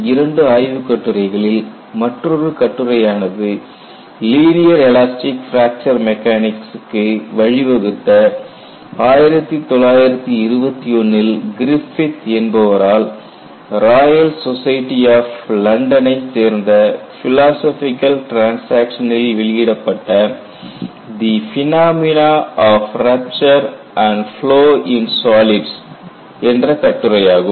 இரண்டு ஆய்வுக் கட்டுரைகளில் மற்றொரு கட்டுரையானது லீனியர் எலாஸ்டிக் பிராக்சர் மெக்கானிக்சுக்கு வழிவகுத்த 1921 ல் கிரிஃபித் என்பவரால் ராயல் சொசைட்டி ஆஃப் லண்டனை சேர்ந்த ஃபிலோசோஃபிகல் டிரன்சாக்சன் னில் வெளியிடப்பட்ட " the phenomena of rupture and flow in solids" என்ற கட்டுரையாகும்